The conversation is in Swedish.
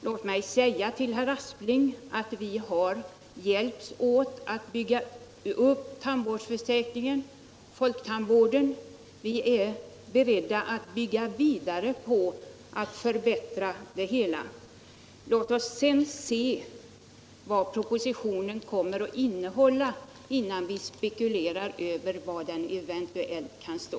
Låt mig säga till herr Aspling att vi har hjälpts åt att bygga upp tandvårdsförsäkringen och folktandvården. Vi är beredda att bygga vidare och att förbättra de reformerna. Låt oss sedan se vad propositionen kommer att innehålla innan vi spekulerar över vad den eventuellt kan in